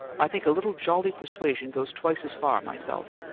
i think a little jolly persuasion goes twice as far, myself.